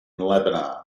lebanon